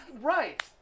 Right